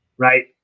Right